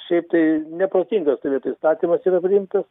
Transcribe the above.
šiaip tai neprotingas toj vietoj įstatymas yra priimtas